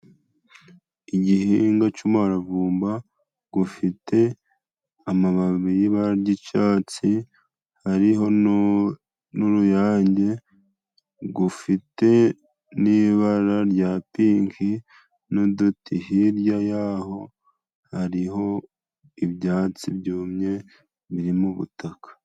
Igihingwa c'umuravumba gufite amababi y'ibara ry'icatsi, hariho n'uruyange gufite n'ibara rya pinki n'uduti. Hirya y'aho hariho ibyatsi byumye biri mu butaka.